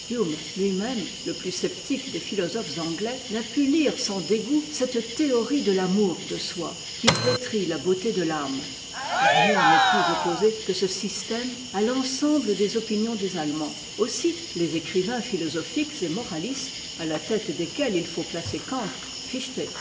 iui même le plus sceptique des philosophes anglais n'a pu lire sans dégoût cette théorie de l'amour de soi qui uétrit la beauté de l'âme rien n'est plus opposé que ce système à l'ensemble des opinions des allemands aussi les écrivains philosophiques et moralistes à la tête desquels il faut placer